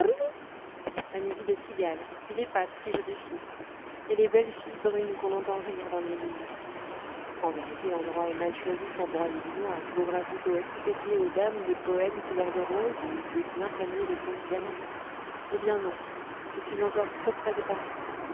à midi les cigales puis les pâtres qui jouent du fifre et les belles filles brunes qu'on entend rire dans les vignes en vérité l'endroit est mal choisi pour broyer du noir je devrais plutôt expédier aux dames des poèmes couleur de rose et des pleins paniers de contes galants eh bien non je suis encore trop près de paris